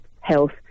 health